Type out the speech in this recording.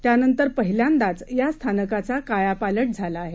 त्यानंतरपहिल्यांदाचयास्थानकाचाकायापालटझालाआहे